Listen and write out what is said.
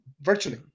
virtually